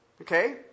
Okay